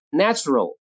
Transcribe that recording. natural